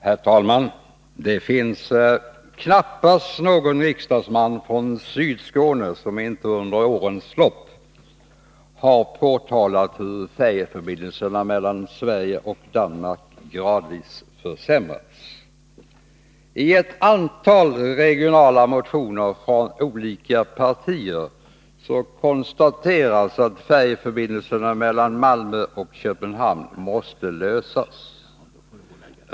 Herr talman! Det finns knappast någon riksdagsman från Sydskåne som inte under årens lopp har påtalat hur färjeförbindelserna mellan Sverige och Danmark gradvis försämrats. I ett antal regionala motioner från olika partier konstateras att frågan om färjeförbindelserna mellan Malmö och Köpenhamn måste lösas.